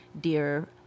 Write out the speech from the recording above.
dear